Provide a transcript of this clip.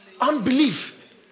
unbelief